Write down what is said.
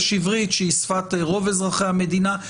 יש עברית שהיא שפת רוב אזרחי המדינה,